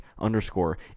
Underscore